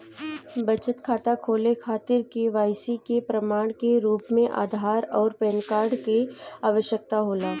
बचत खाता खोले खातिर के.वाइ.सी के प्रमाण के रूप में आधार आउर पैन कार्ड की आवश्यकता होला